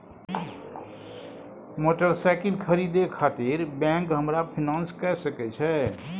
Motorcycle खरीदे खातिर bank हमरा फिनांस कय सके छै?